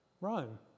Rome